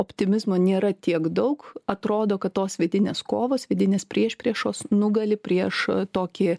optimizmo nėra tiek daug atrodo kad tos vidinės kovos vidinės priešpriešos nugali prieš tokį